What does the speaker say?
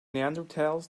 neanderthals